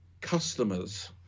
customers